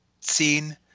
seen